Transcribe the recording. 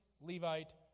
Levite